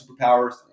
superpowers